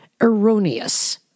erroneous